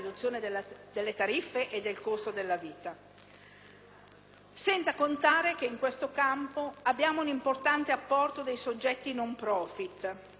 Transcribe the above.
delle tariffe e del costo della vita. Senza contare che in questo campo abbiamo un importante apporto da parte dei soggetti *non profit*